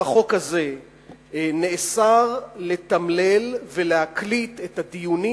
בחוק הזה נאסר לתמלל ולהקליט את הדיונים